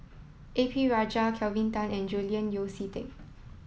A P Rajah Kelvin Tan and Julian Yeo See Teck